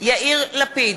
יאיר לפיד,